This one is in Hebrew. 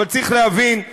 אבל צריך להבין,